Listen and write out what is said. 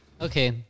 Okay